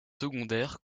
secondaire